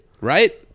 right